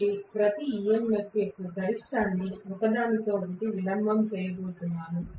కాబట్టి నేను ప్రతి EMF యొక్క గరిష్టాన్ని ఒకదానికొకటి విలంబం చేయబోతున్నాను